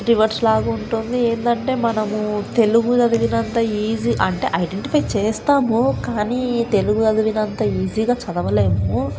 reverse లాగా ఉంటుంది ఏంటంటే మనము తెలుగు చదివినంత ఈజీ అంటే ఐడెన్ంటిఫై చేస్తాము కానీ తెలుగు చదివినంత ఈజీగా చదవలేము